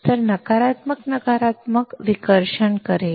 तर नकारात्मक नकारात्मक विकर्षण करेल